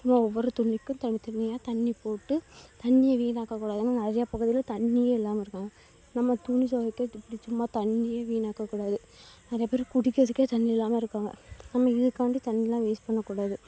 ஒவ்வொரு துணிக்கும் தனித்தனியாக தண்ணி போட்டு தண்ணியை வீணாக்கக்கூடாதுன்னு நிறையா பகுதியில் தண்ணியே இல்லாமல் இருக்காங்க நம்ம துணி துவைக்க இப்படி சும்மா தண்ணியை வீணாக்கக்கூடாது நிறையாப் பேர் குடிக்கிறதுக்கே தண்ணி இல்லாமல் இருக்காங்க நம்ம இதுக்காண்டி தண்ணிலாம் வேஸ்ட் பண்ணக்கூடாது